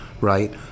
right